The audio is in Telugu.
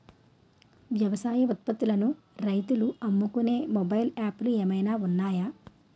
వ్యవసాయ ఉత్పత్తులను రైతులు అమ్ముకునే మొబైల్ యాప్ లు ఏమైనా ఉన్నాయా?